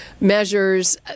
measures